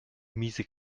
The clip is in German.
miese